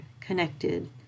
connected